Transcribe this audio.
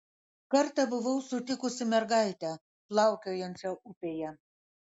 kartą buvau sutikusi mergaitę plaukiojančią upėje